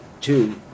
two